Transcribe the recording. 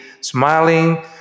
smiling